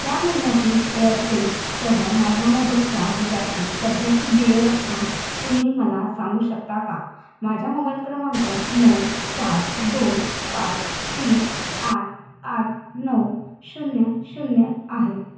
या महिन्यातील एअरसेलसह माझ्या मोबाईलच्या बिलाची सध्याची देय रक्कम तुम्ही मला सांगू शकता का माझ्या मोबाईल क्रमांक नऊ चार दोन पाच तीन आठ आठ नऊ शून्य शून्य आहे